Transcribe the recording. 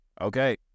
Okay